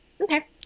Okay